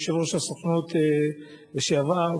יושב-ראש הסוכנות לשעבר,